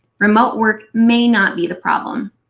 remote work may not be the problem.